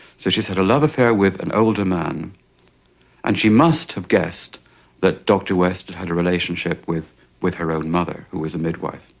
so she's had a love affair with an older man and she must have guessed that dr. west had a relationship with with her own mother who was a midwife.